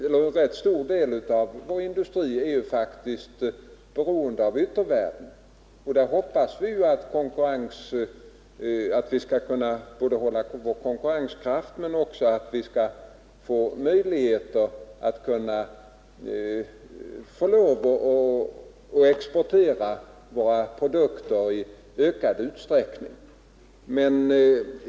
En rätt stor del av vår industri är faktiskt beroende av yttervärlden. Vi måste eftersträva att uppehålla vår konkurrenskraft och få möjligheter att exportera våra produkter i ökad utsträckning.